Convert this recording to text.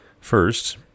First